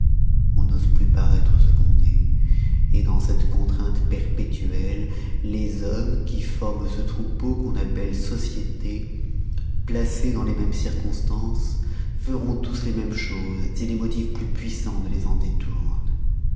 on n'ose plus paroître ce qu'on est dans cette contrainte perpétuelle les hommes qui forment ce troupeau qu'on appelle société placés dans les mêmes circonstances feront tous les mêmes choses si des motifs plus puissans ne les en détournent